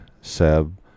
Seb